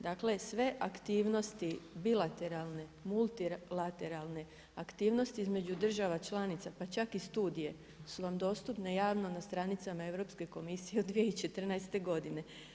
Dakle sve aktivnosti bilateralne, multilateralne, aktivnosti između država članica pa čak i studije su vam dostupne javno na stranicama Europske komisije od 2014. godine.